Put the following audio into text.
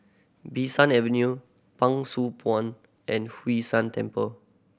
Bee San Avenue Pang Sua Pond and Hwee San Temple